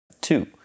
Two